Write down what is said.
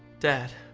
dad,